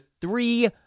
three